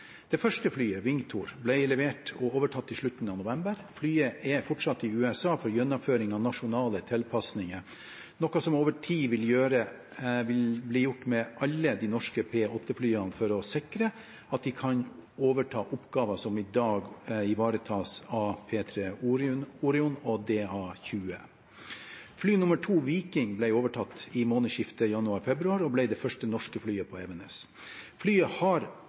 Det første flyet, Vingtor, ble levert og overtatt i slutten av november. Flyet er fortsatt i USA for gjennomføring av nasjonale tilpasninger, noe som over tid vil bli gjort med alle de norske P-8-flyene for å sikre at de kan overta oppgaver som i dag ivaretas av P-3 Orion og DA-20. Fly nr. 2, Viking, ble overtatt i månedsskiftet januar/februar og ble det første norske flyet på Evenes. Flyet har